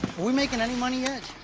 we making any money yet?